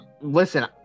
listen